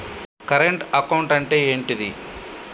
Current account అంటే ఏంటిది?